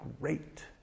great